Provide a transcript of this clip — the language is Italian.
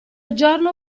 giorno